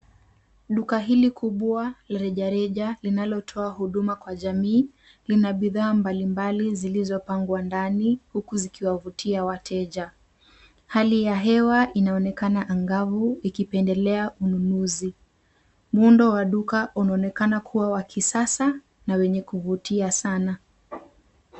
Duka hili kubwa reja reja linalotoa huduma kwa jamii lina bidhaa mbali mbali zilizopangwa ndani huku zikiwavutia wateja. Hali ya hewa inaonekana angavu ikipendelea ununuzi. Muundo wa duka unaonekana kuwa wa kisasa na wenye kuvutia sana.